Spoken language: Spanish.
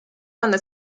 cuando